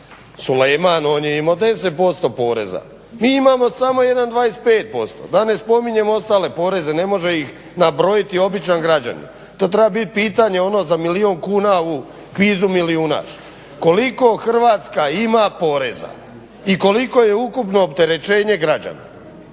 Sulejman on je imao 10% poreza, mi imamo samo 1,25% da ne spominjem ostale poreze, ne može ih nabrojiti običan građanin. To treba biti pitanje ono za milijun kuna u kvizu Milijunaš. Koliko Hrvatska ima poreza i koliko je ukupno opterećenje građana?